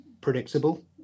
predictable